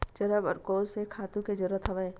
चना बर कोन से खातु के जरूरत हवय?